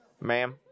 ma'am